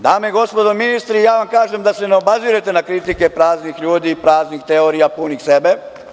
Dame i gospodo ministri, ja vam kažem da se ne obazirete na kritike praznih ljudi i praznih teorija punih sebe.